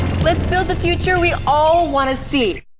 let's build the future we all want to see!